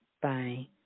bye